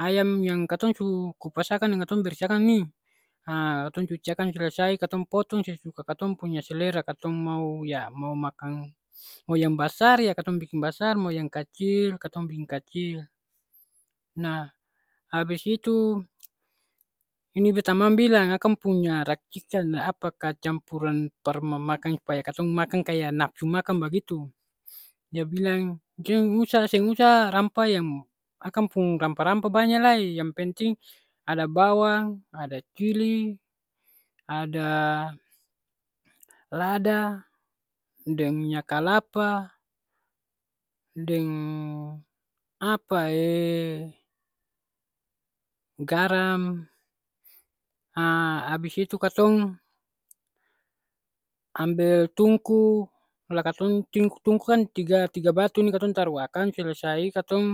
Ayam yang katong su kupas akang deng katong bersih akang ni, ha la katong cuci akang selesai, katong potong sesuka katong punya selera. Katong mau, ya, mau makang mau yang basar ya katong biking basar, mau yang kacil, katong biking kacil. Nah, abis itu ini bet tamang bilang. Akang punya racikan apa ka campuran par mau makang supaya katong makang kaya nafsu makang bagitu. Dia bilang jang usa seng usah rampa yang akang pung rampa-rampa banya lai. Yang penting ada bawang, ada cili, ada lada, deng minya kalapa, deng apa ee, garam. Haa abis itu katong ambel tungku la katong tung tungku kan tiga, tiga batu ni katong taru akang selesai, katong